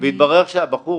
התברר שהבחור,